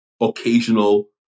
occasional